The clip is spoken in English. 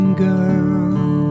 girl